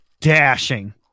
dashing